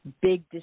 big